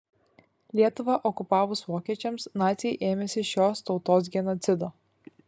lietuvą okupavus vokiečiams naciai ėmėsi šios tautos genocido